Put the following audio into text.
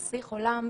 נסיך עולם,